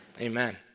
Amen